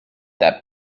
that